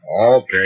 Okay